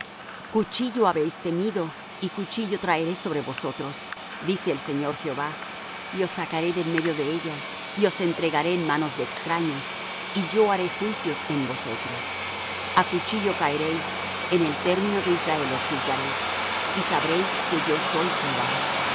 cuchillo habéis temido y cuchillo traeré sobre vosotros dice el señor jehová y os sacaré de en medio de ella y os entregaré en manos de extraños y yo haré juicios en vosotros a cuchillo caeréis en el término de israel os juzgaré y sabréis que yo soy jehová